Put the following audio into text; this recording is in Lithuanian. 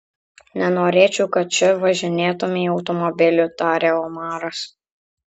nenorėčiau kad čia važinėtumei automobiliu tarė omaras